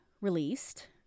released